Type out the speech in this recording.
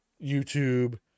YouTube